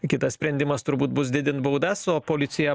kitas sprendimas turbūt bus didint baudas o policija